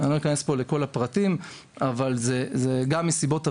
אני לא אכנס פה לכל הפרטים אבל גם מסיבות של